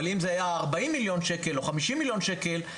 אבל אם זה היה 40 מיליון שקל או 50 מיליון שקל,